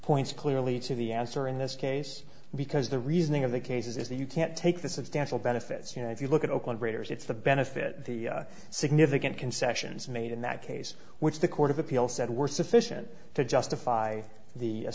points clearly to the answer in this case because the reasoning of the cases is that you can't take the substantial benefits you know if you look at oakland raiders it's the benefit of the significant concessions made in that case which the court of appeal said were sufficient to justify the